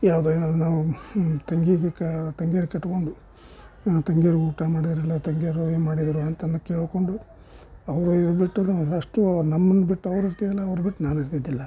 ಯಾವುದೊ ಏನಾರೂ ನಾವು ತಂಗಿದಕ ತಂಗಿಯರು ಕಟ್ಟಿಕೊಂಡು ತಂಗಿಯರು ಊಟ ಮಾಡಿರಲ್ಲ ತಂಗಿಯರು ಏನು ಮಾಡಿದ್ದರು ಅಂತನ್ನ ಕೇಳಿಕೊಂಡು ಬಿಟ್ಟು ನಾವು ನಮ್ಮನ್ನು ಬಿಟ್ಟು ಅವ್ರು ಇರ್ತಿರಲಿಲ್ಲ ಅವ್ರ ಬಿಟ್ಟು ನಾವು ಇರ್ತಿದ್ದಿಲ್ಲ